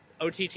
OTT